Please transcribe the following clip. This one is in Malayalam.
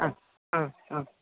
ആ ആ ആ